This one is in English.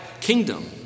kingdom